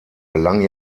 gelang